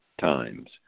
times